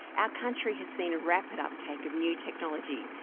our country has seen a rapid uptake of new technology,